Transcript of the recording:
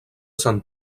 sant